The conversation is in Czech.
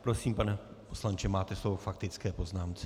Prosím, pane poslanče, máte slovo k faktické poznámce.